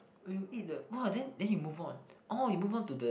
when you eat the !wah! then then you move on orh you move on to the